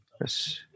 yes